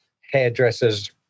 hairdresser's